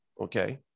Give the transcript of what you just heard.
okay